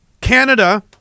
Canada